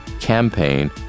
campaign